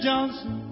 Johnson